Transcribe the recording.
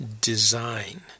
design